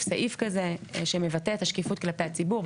סעיף כזה שמבטא את השקיפות כלפי הציבור.